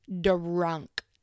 drunk